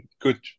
good